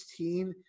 16